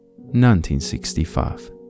1965